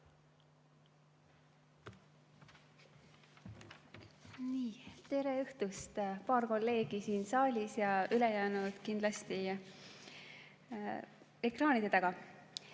Tere õhtust, paar kolleegi siin saalis ja ülejäänud kindlasti ekraanide taga!